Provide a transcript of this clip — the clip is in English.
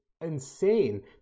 insane